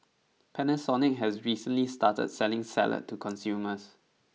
Panasonic has recently started selling salad to consumers